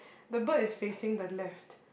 the bird is facing the left